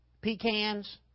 pecans